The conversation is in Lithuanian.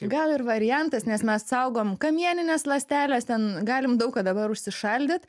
gal ir variantas nes mes saugom kamienines ląsteles ten galim daug ką dabar užsišaldyt